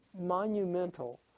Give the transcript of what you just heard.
monumental